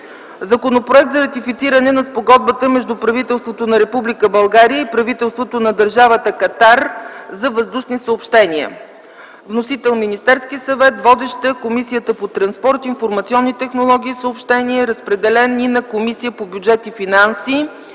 Законопроект за ратифициране на Спогодбата между правителството на Република България и правителството на държавата Катар за въздушни съобщения. Вносител е Министерският съвет. Водеща е Комисията по транспорт, информационни технологии и съобщения. Разпределен е на Комисията по бюджет и финанси